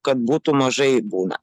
kad būtų mažai būna